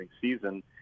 season